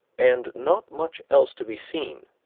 and not much else to be seen,